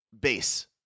base